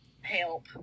Help